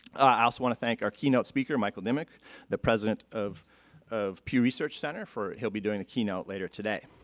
i also want to thank our keynote speaker michael dimock the president of of pew research center for he'll be doing a keynote later today.